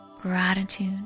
gratitude